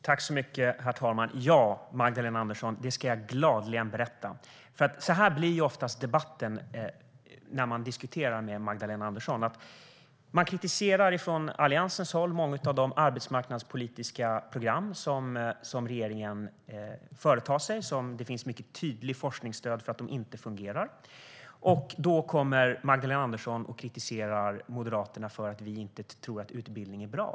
Herr talman! Ja, Magdalena Andersson, det ska jag gladeligen berätta. Så här blir oftast debatten när man diskuterar med Magdalena Andersson. Alliansen kritiserar många av de arbetsmarknadspolitiska program som regeringen företar sig. Det finns mycket tydligt forskningsstöd för att de inte fungerar. Då kommer Magdalena Andersson och kritiserar Moderaterna för att vi inte tror att utbildning är bra.